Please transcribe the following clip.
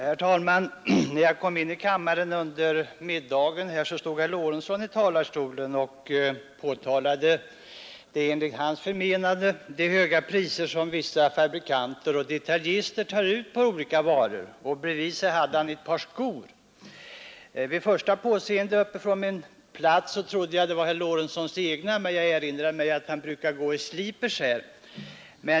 Herr talman! När jag kom in i kammaren i middags stod herr Lorentzon i talarstolen och påtalade de enligt hans förmenande höga priser som vissa fabrikanter och detaljister tar ut på olika varor, och som bevis hade han ett par skor. Vid första påseendet från min plats trodde jag att det var herr Lorentzons egna, men jag erinrade mig att han brukar gå i slipers här.